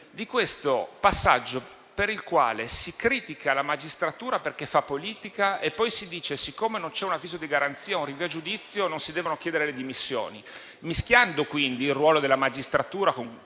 nel passaggio in cui criticano la magistratura perché fa politica e poi dicono che, siccome non ci sono un avviso di garanzia o un rinvio a giudizio, non si devono chiedere le dimissioni, mischiando quindi il ruolo della magistratura con